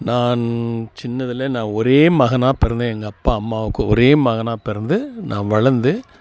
நான் சின்னதுல நான் ஒரே மகனாக பிறந்தேன் எங்கள் அப்பா அம்மாவுக்கு ஒரே மகனாக பிறந்து நான் வளர்ந்து